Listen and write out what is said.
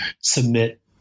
submit